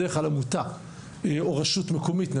בדרך כלל עמותה או רשות מקומית,